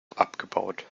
abgebaut